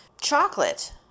chocolate